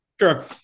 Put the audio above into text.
sure